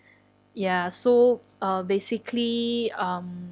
ya so uh basically um